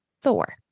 Thor